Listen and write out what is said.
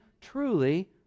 truly